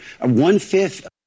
One-fifth